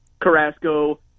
Carrasco